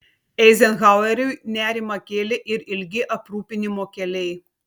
eizenhaueriui nerimą kėlė ir ilgi aprūpinimo keliai